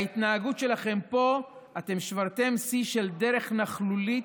בהתנהגות שלכם פה שברתם שיא של דרך נכלולית.